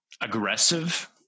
aggressive